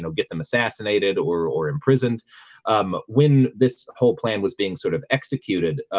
so get them assassinated or or imprisoned um when this whole plan was being sort of executed, ah,